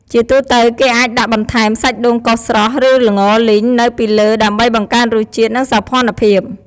ជាទូទៅ គេអាចដាក់បន្ថែម សាច់ដូងកោសស្រស់ ឬ ល្ងលីង នៅពីលើដើម្បីបង្កើនរសជាតិ និងសោភ័ណភាព។